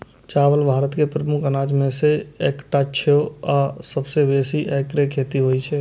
चावल भारत के प्रमुख अनाज मे सं एकटा छियै आ सबसं बेसी एकरे खेती होइ छै